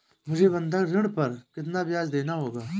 मुझे बंधक ऋण पर कितना ब्याज़ देना होगा?